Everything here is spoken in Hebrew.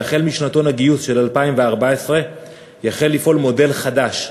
שהחל משנתון הגיוס של 2014 יחל לפעול מודל חדש,